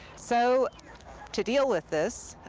so to deal with this,